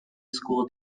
school